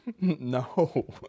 No